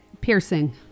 Piercing